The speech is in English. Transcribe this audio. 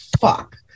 fuck